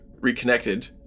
reconnected